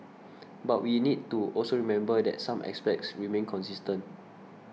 but we need to also remember that some aspects remain consistent